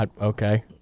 okay